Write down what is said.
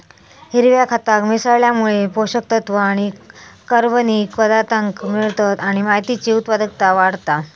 हिरव्या खताक मिसळल्यामुळे पोषक तत्त्व आणि कर्बनिक पदार्थांक मिळतत आणि मातीची उत्पादनता वाढता